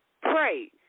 Pray